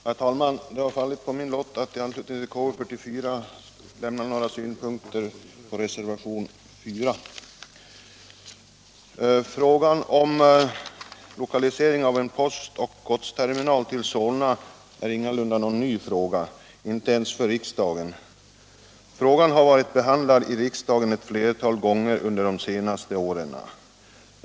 Herr talman! Det har fallit på min lott att framföra några synpunkter beträffande reservationen 4 i konstitutionsutskottets betänkande nr 44. Frågan om lokalisering av en postoch godsterminal till Solna är ingalunda ny, inte ens för riksdagen. Frågan har behandlats i riksdagen flera gånger under de senaste åren.